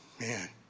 man